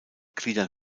gliedern